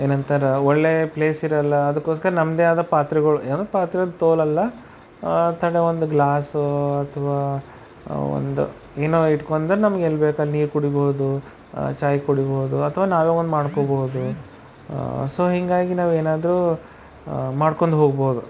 ಏನಂತಾರ ಒಳ್ಳೆ ಪ್ಲೇಸಿರಲ್ಲ ಅದಕ್ಕೋಸ್ಕರ ನಮ್ಮದೇ ಆದ ಪಾತ್ರೆಗಳು ಏನು ಪಾತ್ರೆ ತೊಗೊಳಲ್ಲ ಒಂದು ಗ್ಲಾಸು ಅಥವಾ ಒಂದು ಏನೋ ಇಟ್ಕೊಂಡ್ರೆ ನಮಗೆ ಎಲ್ಲಿ ಬೇಕಲ್ಲಿ ನೀರು ಕುಡೀಬಹುದು ಚಾಯ್ ಕುಡೀಬಹುದು ಅಥವಾ ನಾವೇ ಒಂದು ಮಾಡ್ಕೋಬಹುದು ಸೊ ಹೀಗಾಗಿ ನಾವೇನಾದರೂ ಮಾಡ್ಕೊಂಡು ಹೋಗಬಹುದು